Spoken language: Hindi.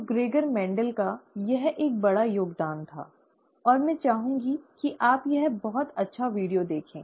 तो ग्रेगर मेंडल का यह एक बड़ा योगदान था और मैं चाहूंगा कि आप यह बहुत अच्छा वीडियो देखें